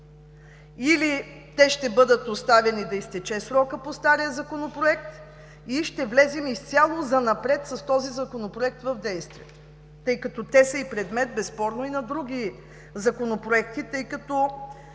Или те ще бъдат оставени да изтече срокът по стария Законопроект и ще влезем изцяло занапред с този Законопроект в действие, тъй като те, безспорно, са предмет и на други законопроекти? Самият